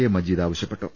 A Majeed ആവശ്യപ്പെട്ടു